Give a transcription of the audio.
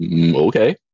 Okay